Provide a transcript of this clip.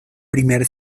primer